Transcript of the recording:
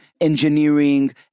engineering